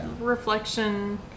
reflection